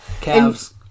Calves